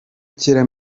kera